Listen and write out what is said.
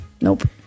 Nope